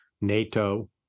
NATO